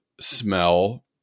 smell